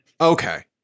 Okay